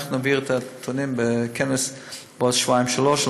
אנחנו נביא את הנתונים בכנס בעוד שבועיים-שלושה.